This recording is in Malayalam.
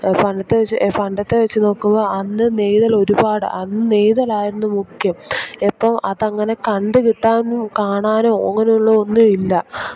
പണ്ടത്തെ വച്ച് പണ്ടത്തെ വെച്ച് നോക്കുമ്പോൾ അന്ന് നെയ്തൽ ഒരുപാട് അന്ന് നെയ്തലായിരുന്നു മുഖ്യം ഇപ്പോൾ അതങ്ങനെ കണ്ട് കിട്ടാനും കാണാനോ അങ്ങനെ ഉള്ള ഒന്നും ഇല്ല